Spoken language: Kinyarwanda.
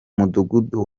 mudugudu